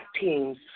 teams